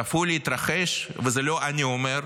צפוי להתרחש, ואת זה לא אני אומר,